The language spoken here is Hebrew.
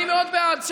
אני מאוד בעד,